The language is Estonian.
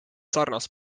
sarnast